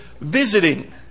visiting